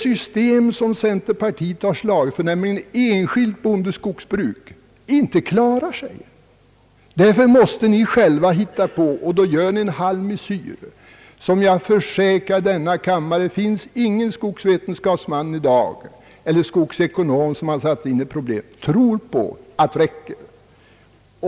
Jo, därför att enskilt bondeskogsbruk icke klarar sig. Därför måste ni hitta på något, och då gör ni denna halvmesyr som, försäkrar jag kammaren, ingen skogsvetenskapsman eller skogsekonom, vilken har satt sig in i problemet, tror på att den räcker.